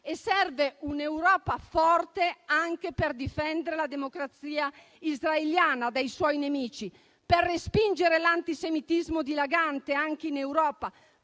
e serve un'Europa forte anche per difendere la democrazia israeliana dai suoi nemici, per respingere l'antisemitismo dilagante anche in Europa,